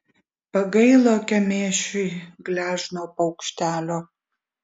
pagailo kemėšiui gležno paukštelio